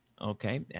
Okay